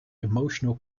emotional